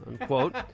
unquote